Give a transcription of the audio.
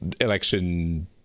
election